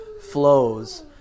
flows